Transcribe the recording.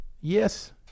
Yes